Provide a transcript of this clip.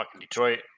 Detroit